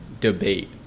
debate